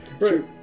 Right